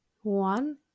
one